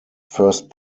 first